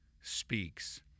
speaks